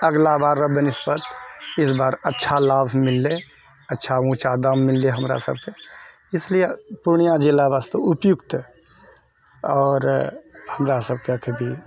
अगिला बारऽ बनिस्पत इसबार अच्छा लाभ मिललै अच्छा उँचा दाम मिललै हमरासबके इसलिए पूर्णिया जिला वास्ते उपयुक्त आओर हमरासबके भी